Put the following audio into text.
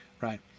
right